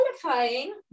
qualifying